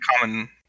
common